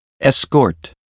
escort